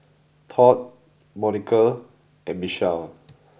Tod Monica and Michelle